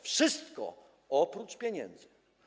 Wszystko oprócz pieniędzy.